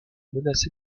menaçait